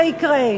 אם זה יקרה.